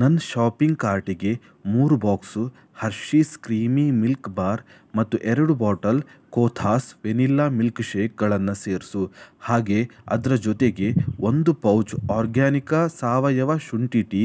ನನ್ನ ಶಾಪಿಂಗ್ ಕಾರ್ಟಿಗೆ ಮೂರು box Hershey's creamy milk bar ಮತ್ತು ಎರಡು ಬಾಟಲ್ ಕೊಥಾಸ್ ವೆನಿಲ್ಲಾ ಮಿಲ್ಕ್ಶೇಕ್ಗಳನ್ನು ಸೇರಿಸು ಹಾಗೆ ಅದರ ಜೊತೆಗೆ ಒಂದು ಪೌಚ್ ಆರ್ಗಾನಿಕಾ ಸಾವಯವ ಶುಂಠಿ ಟೀ